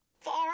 Far